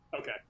Okay